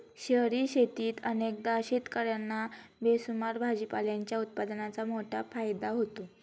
शहरी शेतीत अनेकदा शेतकर्यांना बेसुमार भाजीपाल्याच्या उत्पादनाचा मोठा फायदा होतो